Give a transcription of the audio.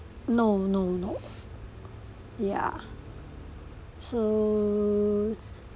no no no yeah so